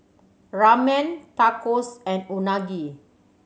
Ramen Tacos and Unagi